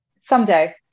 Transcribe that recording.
Someday